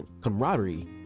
camaraderie